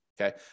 Okay